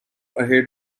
ahead